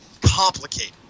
complicated